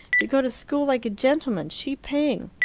to go to school like a gentleman, she paying.